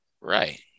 Right